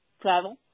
travel